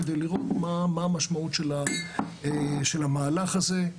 כדי לראות מה המשמעות של המהלך הזה.